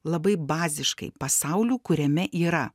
labai baziškai pasauliu kuriame yra